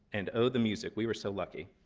and oh, the music. we were so lucky.